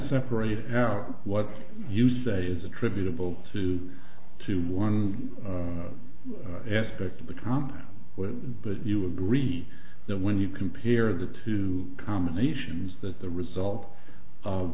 separate out what you say is attributable to to one aspect become what but you agreed that when you compare the two combinations that the result of